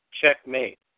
Checkmate